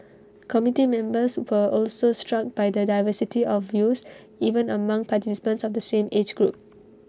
committee members were also struck by the diversity of views even among participants of the same age group